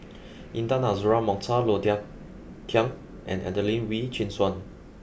Intan Azura Mokhtar Low Thia Khiang and Adelene Wee Chin Suan